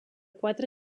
quatre